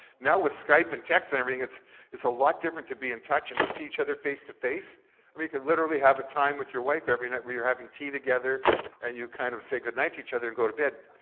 now, with skype and text and everything, it's it's a lot different to be in touch and to see each other face-to-face. um you could literally have a time with your wife every night where you're having tea together and you kind of say good night to each other and go to bed.